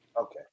Okay